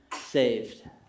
saved